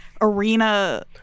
arena